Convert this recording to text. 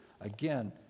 Again